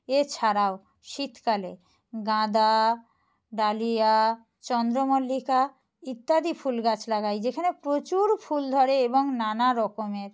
এছাড়াও শীতকালে গাঁদা ডালিয়া চন্দ্রমল্লিকা ইত্যাদি ফুল গাছ লাগাই যেখানে প্রচুর ফুল ধরে এবং নানা রকমের